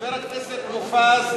חבר הכנסת מופז,